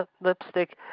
Lipstick